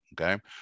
Okay